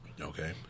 Okay